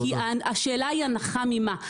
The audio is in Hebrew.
כי השאלה היא הנחה ממה?